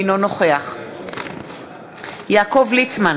אינו נוכח יעקב ליצמן,